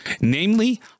Namely